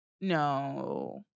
no